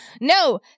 no